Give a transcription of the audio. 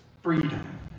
freedom